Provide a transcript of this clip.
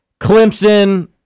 Clemson